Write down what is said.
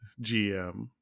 GM